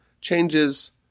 changes